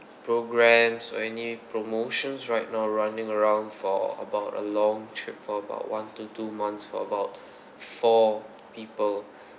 programs or any promotions right now running around for about a long trip for about one to two months for about four people